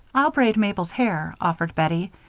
i'll braid mabel's hair, offered bettie,